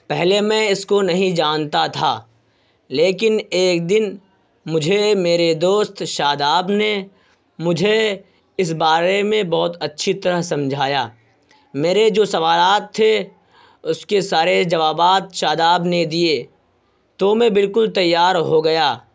پہلے میں اس کو نہیں جانتا تھا لیکن ایک دن مجھے میرے دوست شاداب نے مجھے اس بارے میں بہت اچھی طرح سمجھایا میرے جو سوالات تھے اس کے سارے جوابات شاداب نے دیے تو میں بالکل تیار ہو گیا